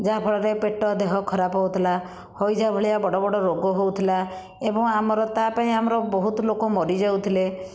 ଯାହାଫଳରେ ପେଟ ଦେହ ଖରାପ ହେଉଥିଲା ହଇଜା ଭଳିଆ ବଡ଼ ବଡ଼ ରୋଗ ହେଉଥିଲା ଏବଂ ଆମର ତା' ପାଇଁ ଆମର ବହୁତ ଲୋକ ମରି ଯାଉଥିଲେ